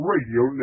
Radio